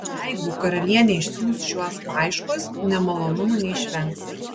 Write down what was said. jeigu karalienė išsiųs šiuos laiškus nemalonumų neišvengs